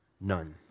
none